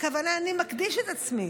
הכוונה: אני מקדיש את עצמי,